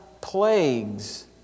plagues